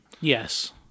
Yes